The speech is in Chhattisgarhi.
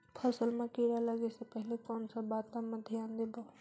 फसल मां किड़ा लगे ले पहले कोन सा बाता मां धियान देबो?